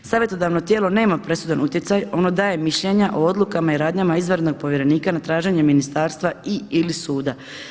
Savjetodavno tijelo nema presudan utjecaj, ono daje mišljenja o odlukama i radnjama izvanrednog povjerenika na traženje ministarstva i ili suda.